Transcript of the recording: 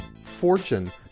fortune